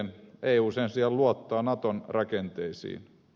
eu sen sijaan luottaa naton rakenteisiin